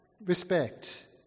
respect